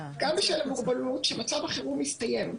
גם בשל המוגבלות, שמצב החירום הסתיים.